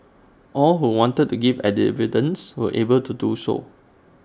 all who wanted to give were able to do so